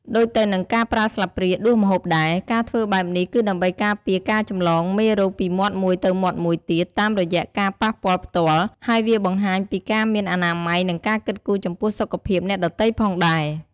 ដូចទៅនឹងការប្រើស្លាបព្រាដួសម្ហូបដែរ ការធ្វើបែបនេះគឺដើម្បីការពារការចម្លងមេរោគពីមាត់មួយទៅមាត់មួយទៀតតាមរយៈការប៉ះពាល់ផ្ទាល់ ហើយវាបង្ហាញពីការមានអនាម័យ និងការគិតគូរចំពោះសុខភាពអ្នកដទៃផងដែរ។